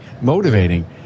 motivating